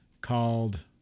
called